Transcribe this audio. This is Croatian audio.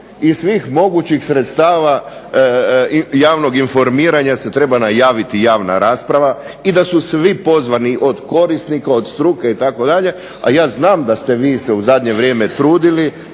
iz svih mogućih sredstava javnog informiranja se treba najaviti javna rasprava i da su svi pozvani od korisnika, od struke itd. A ja znam da ste vi se u zadnje vrijeme trudili